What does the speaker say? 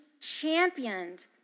championed